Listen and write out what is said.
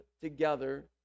together